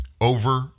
over